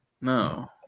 no